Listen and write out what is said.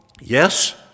yes